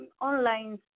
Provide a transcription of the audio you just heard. online